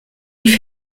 die